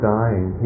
dying